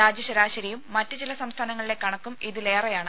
രാജ്യ ശരാശരിയും മറ്റ് ചില സംസ്ഥാനങ്ങളിലെ കണക്കും ഇതിലേറെയാണ്